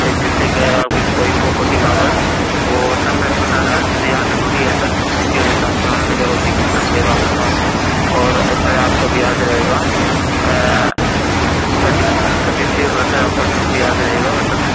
H D F C کے یا پھر کوئی پراپرٹی کاغذ وہ سبمٹ کرنا لازم یہاں ضروری ہے سر اِسی وجہ سے آپ کو لون ملے گا اُسی کے اوپر ملے گا آپ کو لون اور اس میں آپ کا بیاض رہے گا تھرٹی تھُرٹی تھری پرسنٹ آپ کا بیاض رہے گا مطلب